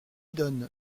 donne